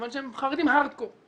מכיוון שהם חרדים הארד קור,